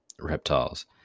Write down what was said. reptiles